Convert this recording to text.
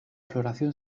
floración